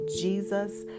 Jesus